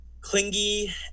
clingy